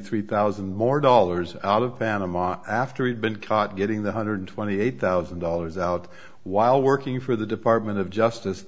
three thousand more dollars out of panama after he'd been caught getting the hundred twenty eight thousand dollars out while working for the department of justice